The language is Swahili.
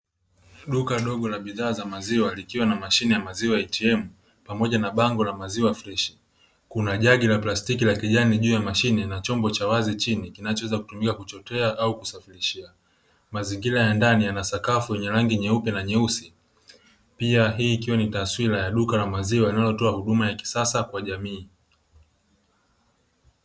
Duka dogo la bidhaa za maziwa likiwa na mashine ya maziwa "ATM " pamoja na bango la maziwa freshi. Kuna jagi la plastiki la kijani juu ya mashine na chombo cha wazi chini kinachoweza kuingia kuchochea au kusafirishia. Mazingira ya ndani yana sakafu yenye rangi nyeupe na nyeusi. Pia hii ikiwa ni taswira ya duka la maziwa yanayotoa huduma ya kisasa kwa jamii.